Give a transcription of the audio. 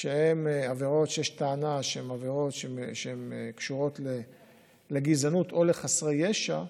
שיש טענה שהן עבירות שקשורות לגזענות או לחסרי ישע,